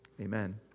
amen